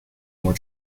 more